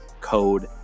code